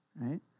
right